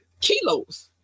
kilos